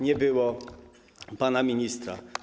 Nie było pana ministra.